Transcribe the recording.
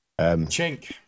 Chink